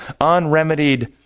Unremedied